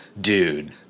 dude